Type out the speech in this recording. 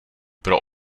pro